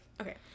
Okay